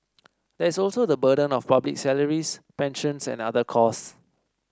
there is also the burden of public salaries pensions and other costs